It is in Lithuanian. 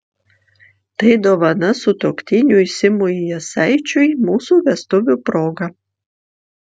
tai dovana sutuoktiniui simui jasaičiui mūsų vestuvių proga